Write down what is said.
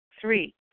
Three